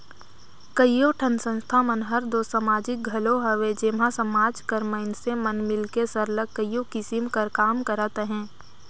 कइयो ठन संस्था मन हर दो समाजिक घलो हवे जेम्हां समाज कर मइनसे मन मिलके सरलग कइयो किसिम कर काम करत अहें